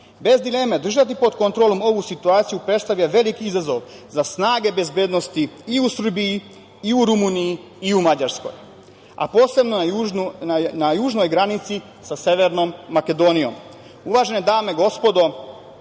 dileme, držati pod kontrolom ovu situaciju predstavlja veliki izazov za snage bezbednosti i u Srbiji i u Rumuniji i u Mađarskoj, a posebno na južnoj granici sa Severnom Makedonijom. Uvažene dame i gospodo,